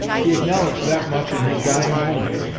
he acknowledged that much in his dying moments.